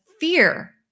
fear